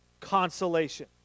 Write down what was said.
consolation